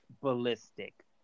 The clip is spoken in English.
ballistic